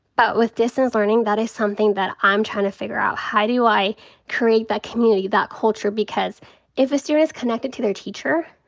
but with distance learning, that is something that i'm tryin' to figure out. how do i create that community, that culture? because if a student's connected to their teacher,